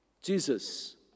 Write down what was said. Jesus